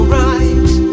right